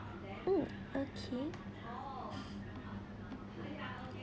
mm okay